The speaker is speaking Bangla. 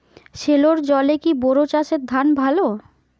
সেলোর জলে কি বোর ধানের চাষ ভালো?